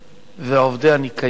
ועובדי הניקיון,